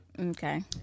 Okay